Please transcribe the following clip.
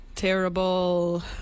Terrible